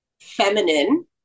feminine